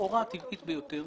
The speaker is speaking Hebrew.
לכאורה הטבעית ביותר